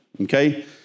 okay